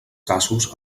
casos